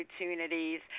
opportunities